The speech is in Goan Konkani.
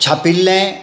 छापिल्लें